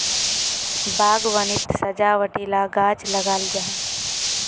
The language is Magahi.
बाग्वानित सजावटी ला गाछ लगाल जाहा